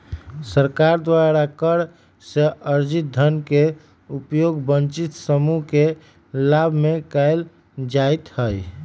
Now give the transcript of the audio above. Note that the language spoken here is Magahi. सरकार द्वारा कर से अरजित धन के उपयोग वंचित समूह के लाभ में कयल जाईत् हइ